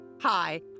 hi